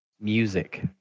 music